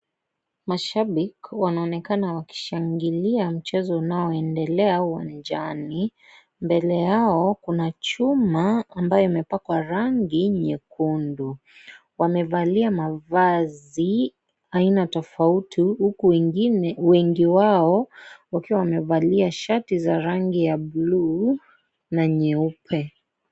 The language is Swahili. Mashabiki wanaonekana wakishangilia mchezo unaoendela uwanjani. Mbele yao kuna chuma ambayo imepakwa rangi nyekundu. Wamevalia mavazi ya rangi tofauti huku wengi wao wakiwa wamevalia shati za rangi ya buluu na nyeupe.